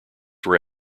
were